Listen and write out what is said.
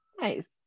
Nice